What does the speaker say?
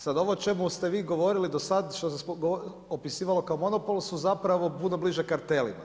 Sad ovo o čemu ste vi govorili do sada i što ste opisivali kao monopol, su zapravo puno bliže kartelima.